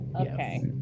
okay